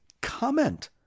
comment